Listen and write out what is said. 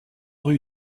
rue